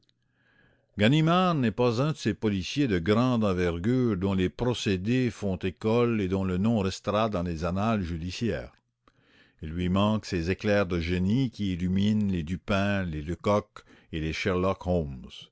n'est pas un de ces policiers de grande envergure dont les procédés font école et dont le nom restera dans les annales judiciaires il lui manque ces éclairs de génie qui illuminent les dupin les lecoq et les